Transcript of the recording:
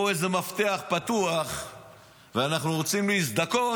פה איזה מפתח פתוח ואנחנו רוצים להזדכות,